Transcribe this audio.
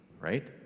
right